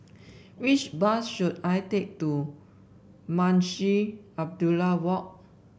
which bus should I take to Munshi Abdullah Walk